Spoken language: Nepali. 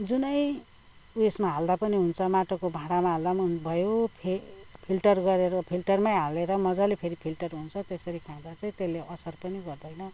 जुनै उयेसमा हाल्दा पनि हुन्छ माटोको भाँडामा हाल्दा पनि भयो फिल्टर गरेर फिल्टरमै हालेर मजाले फेरि फिल्टर हुन्छ त्यसरी खाँदा चाहिँ त्यसले असर पनि गर्दैन